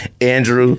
Andrew